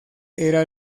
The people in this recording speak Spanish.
era